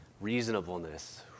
Reasonableness